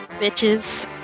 Bitches